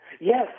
Yes